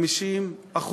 50%,